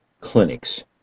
clinics